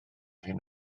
hyn